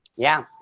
yeah.